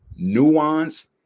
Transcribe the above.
nuanced